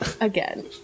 Again